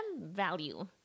value